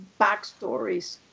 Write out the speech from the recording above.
backstories